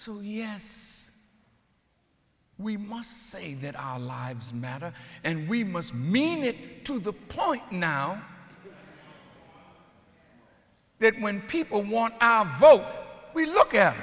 so yes we must say that our lives matter and we must mean it to the point now that when people want our vote we look at